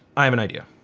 i have an idea.